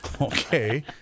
Okay